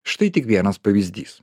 štai tik vienas pavyzdys